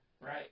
right